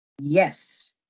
Yes